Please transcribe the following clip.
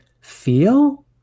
feel